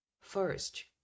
First